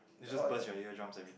it just burst your eardrum every